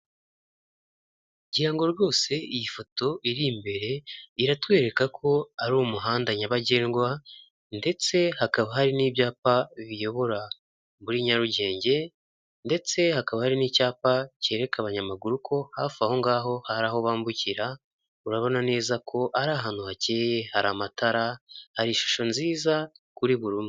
Ngira ngo rwose iyi foto iri imbere iratwereka ko ari umuhanda nyabagendwa, ndetse hakaba hari n'ibyapa biyobora muri nyarugenge ndetse hakaba hari n'icyapa cyereka abanyamaguru ko hafi aho ngaho hari aho bambukira urabona neza ko ari ahantu hakeye hari amatara hari ishusho nziza kuri buri umwe.